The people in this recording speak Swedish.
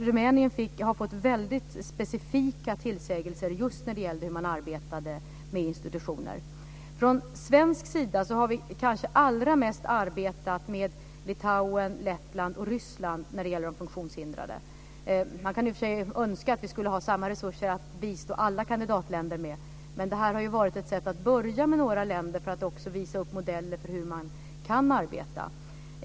Rumänien har alltså fått väldigt specifika tillsägelser just när det gäller hur man arbetade med institutioner. Från svensk sida har vi kanske allra mest arbetat med Litauen, Lettland och Ryssland när det gäller de funktionshindrade. Man kan i och för sig önska att vi skulle ha samma resurser att bistå alla kandidatländer med, men att börja med några länder har ju varit ett sätt att också visa upp modeller för hur man kan arbeta.